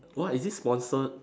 !wah! is this sponsored